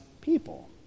people